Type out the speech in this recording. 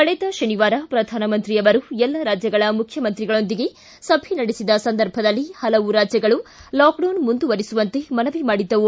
ಕಳೆದ ಶನಿವಾರ ಪ್ರಧಾನಮಂತ್ರಿ ಅವರು ಎಲ್ಲ ರಾಜ್ಯಗಳ ಮುಖ್ಯಮಂತ್ರಿಗಳೊಂದಿಗೆ ಸಭೆ ನಡೆಸಿದ ಸಂದರ್ಭದಲ್ಲಿ ಹಲವು ರಾಜ್ಯಗಳು ಲಾಕ್ಡೌನ್ ಮುಂದುವರೆಸುವಂತೆ ಮನವಿ ಮಾಡಿದ್ದವು